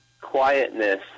quietness